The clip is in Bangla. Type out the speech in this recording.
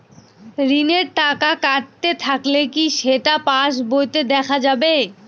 ঋণের টাকা কাটতে থাকলে কি সেটা পাসবইতে দেখা যাবে?